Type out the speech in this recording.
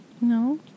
No